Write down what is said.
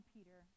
Peter